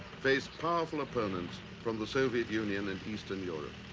face powerful opponents from the soviet union and eastern europe.